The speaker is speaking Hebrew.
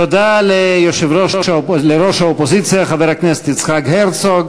תודה לראש האופוזיציה חבר הכנסת יצחק הרצוג,